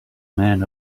man